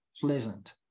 pleasant